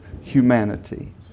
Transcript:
humanity